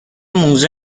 موزه